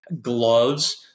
gloves